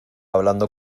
hablando